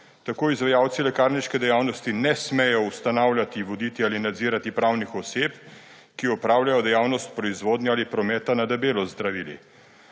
Tako izvajalci lekarniške dejavnosti ne smejo ustanavljati, voditi ali nadzirati pravnih oseb, ki opravljajo dejavnost ali prometa na debelo z zdravili.